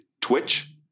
Twitch